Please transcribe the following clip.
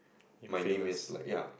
you'd be famous